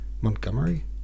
Montgomery